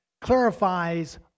clarifies